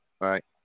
Right